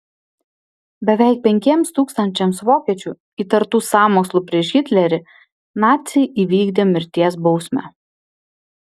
beveik penkiems tūkstančiams vokiečių įtartų sąmokslu prieš hitlerį naciai įvykdė mirties bausmę